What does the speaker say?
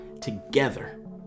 together